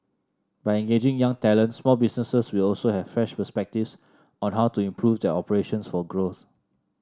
by engaging young talent small businesses will also have fresh perspectives on how to improve their operations for growth